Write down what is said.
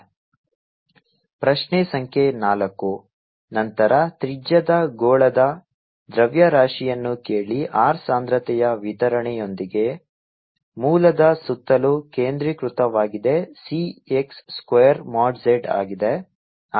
dmρdVCr3cosθr2drsin θdθdϕCr5 cosθϕdrdθ dϕ ಪ್ರಶ್ನೆ ಸಂಖ್ಯೆ 4 ನಂತರ ತ್ರಿಜ್ಯದ ಗೋಳದ ದ್ರವ್ಯರಾಶಿಯನ್ನು ಕೇಳಿ r ಸಾಂದ್ರತೆಯ ವಿತರಣೆಯೊಂದಿಗೆ ಮೂಲದ ಸುತ್ತಲೂ ಕೇಂದ್ರೀಕೃತವಾಗಿದೆ C x square mod z ಆಗಿದೆ